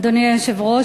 אדוני היושב-ראש,